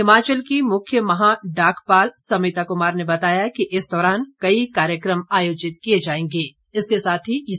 हिमाचल की मुख्य महा डाकपाल समिता कुमार ने बताया कि इस दौरान कई कार्यक्रम आयोजित किए जाएंगे